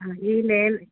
ആ ഇതിൽ മേൽ